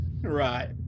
Right